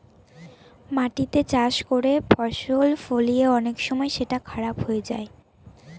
মাটিতে চাষ করে ফসল ফলিয়ে অনেক সময় সেটা খারাপ হয়ে যায়